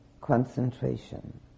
concentration